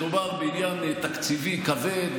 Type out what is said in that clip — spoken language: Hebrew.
בעניין תקציבי כבד,